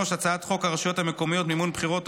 3. הצעת חוק הרשויות המקומיות (מימון בחירות)